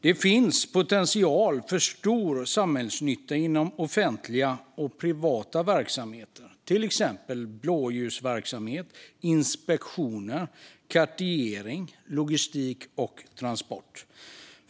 Det finns potential för stor samhällsnytta inom offentliga och privata verksamheter, till exempel blåljusverksamhet, inspektioner, kartering, logistik och transport.